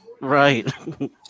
Right